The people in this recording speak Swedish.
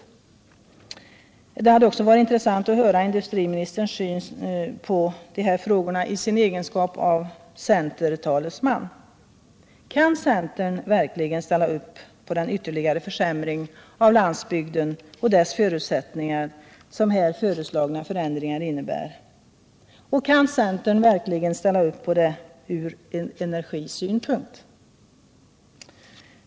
Det hade också varit intressant att höra industriministerns syn på dessa frågor i hans egenskap av talesman för centern. Kan centern verkligen gå med på den ytterligare försämring av landsbygdens förutsättningar som de föreslagna förändringarna innebär? Och kan centern verkligen ställa upp på detta med tanke på energin?